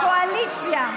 הקואליציה.